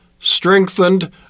strengthened